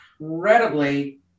incredibly